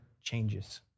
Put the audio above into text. changes